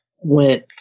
went